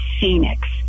Phoenix